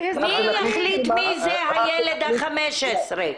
מי יחליט מי זה הילד ה-15?